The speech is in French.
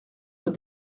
rue